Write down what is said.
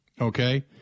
Okay